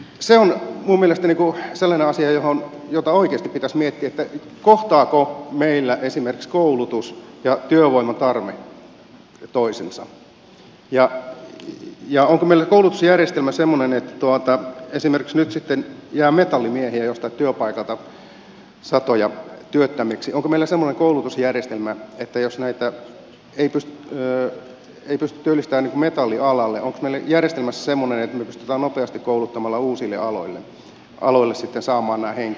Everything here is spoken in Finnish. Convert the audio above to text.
se on minun mielestäni sellainen asia jota oikeasti pitäisi miettiä kohtaavatko meillä esimerkiksi koulutus ja työvoimatarve toisensa ja onko meillä koulutusjärjestelmä semmoinen että esimerkiksi nyt sitten jää metallimiehiä jostain työpaikalta satoja työttömiksi onko meillä semmoinen koulutusjärjestelmä että jos näitä ei pysty työllistämään metallialalle me pystymme nopeasti kouluttamalla uusille aloille sitten saamaan nämä henkilöt